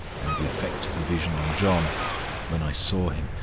and the effect of the vision on john when i saw him,